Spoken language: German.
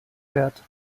wert